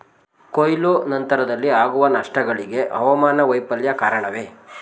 ಕೊಯ್ಲು ನಂತರದಲ್ಲಿ ಆಗುವ ನಷ್ಟಗಳಿಗೆ ಹವಾಮಾನ ವೈಫಲ್ಯ ಕಾರಣವೇ?